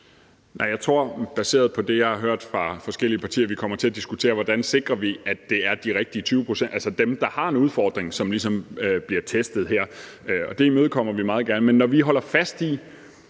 Jeg tror, baseret på det, jeg har hørt fra forskellige partier, at vi kommer til at diskutere, hvordan vi sikrer, at det er de rigtige 20 pct., altså dem, der har en udfordring, som ligesom bliver testet her. Det imødekommer vi meget gerne. Først vil jeg gerne sige,